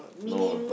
no